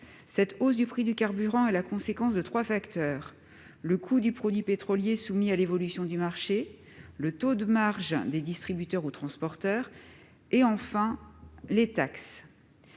La hausse du prix des carburants est la conséquence de trois facteurs : le coût du produit pétrolier, soumis à l'évolution du marché, le taux de marge des distributeurs ou des transporteurs et les taxes.